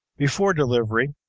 before delivery,